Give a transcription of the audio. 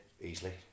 easily